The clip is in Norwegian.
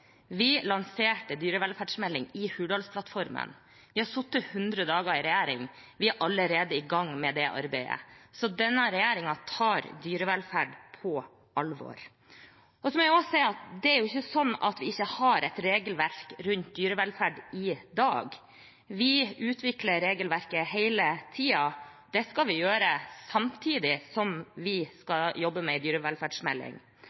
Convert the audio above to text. Vi lanserte dyrevelferdsmelding i Hurdalsplattformen. Vi har sittet 100 dager i regjering. Vi er allerede i gang med det arbeidet, så denne regjeringen tar dyrevelferd på alvor. Jeg må også si at det er jo ikke sånn at vi ikke har et regelverk rundt dyrevelferd i dag. Vi utvikler regelverket hele tiden. Det skal vi gjøre samtidig som vi